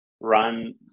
run